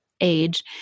age